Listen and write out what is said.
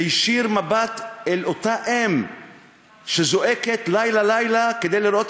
תישיר מבט אל אותה אם שזועקת לילה-לילה כדי לראות